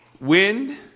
wind